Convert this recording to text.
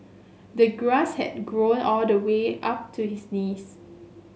the grass had grown all the way up to his knees